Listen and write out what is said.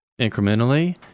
incrementally